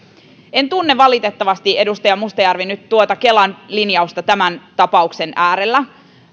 en tunne valitettavasti edustaja mustajärvi nyt tuota kelan linjausta tämän tapauksen äärellä